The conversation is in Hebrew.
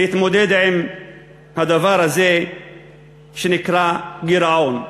להתמודד עם הדבר הזה שנקרא גירעון.